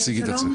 שלום,